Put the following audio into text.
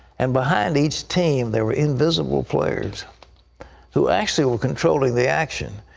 and behind each team there were invisible players who actually were controlling the action,